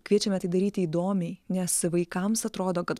kviečiame tai daryti įdomiai nes vaikams atrodo kad